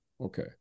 Okay